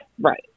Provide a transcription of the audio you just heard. Right